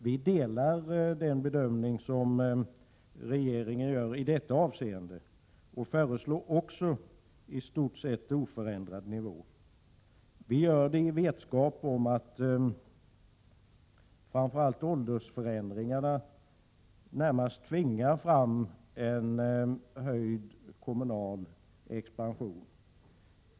Vi delar den bedömning som regeringen gör i detta avseende och föreslår också i stort sett oförändrad nivå. Vi gör det i vetskap om att framför allt åldersförändringarna närmast tvingar fram en höjning av den kommunala expansionen.